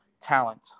talent